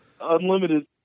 Unlimited